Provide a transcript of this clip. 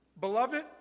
Beloved